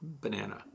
banana